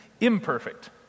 imperfect